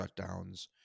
shutdowns